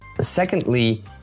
Secondly